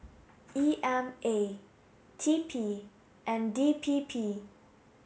E M A T P and D P P